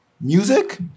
music